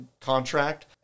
contract